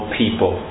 people